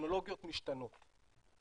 טכנולוגיות משתנות,